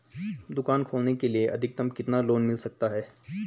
दुकान खोलने के लिए अधिकतम कितना लोन मिल सकता है?